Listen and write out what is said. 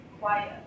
quiet